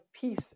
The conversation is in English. peace